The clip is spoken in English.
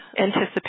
anticipate